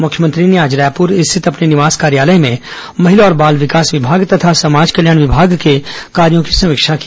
मुख्यमंत्री ने आज रायपुर स्थित अपने निवास कार्यालय में महिला और बाल विकास विभाग तथा समाज कल्याण विभाग के कार्यों की समीक्षा की